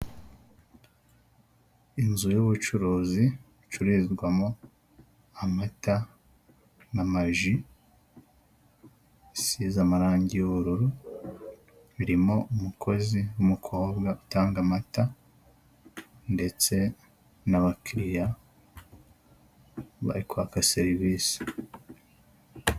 Inzu y ubucuruzi, icururizwamo amata na maji. Isize amarangi y'ubururu, birimo umukozi w'umukobwa utanga amata ndetse n'abakiriya bari kwaka serivise.